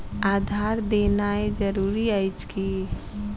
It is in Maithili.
आधार देनाय जरूरी अछि की?